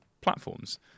platforms